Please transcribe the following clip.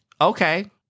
okay